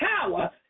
power